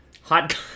Hot